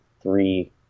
three